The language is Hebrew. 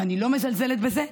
ואני לא מזלזלת בזה,